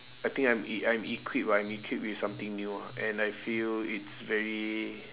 I think I'm e~ I'm equip ah I'm equip with something new ah and I feel it's very